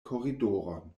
koridoron